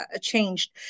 changed